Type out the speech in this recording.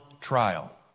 trial